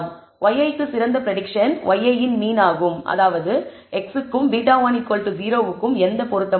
yi க்கு சிறந்த prediction yi இன் மீன் ஆகும் அதாவது x க்கும் β1 0 க்கும் எந்த பொருத்தமும் இல்லை